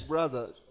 Brothers